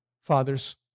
fathers